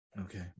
Okay